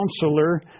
Counselor